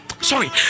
sorry